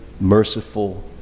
merciful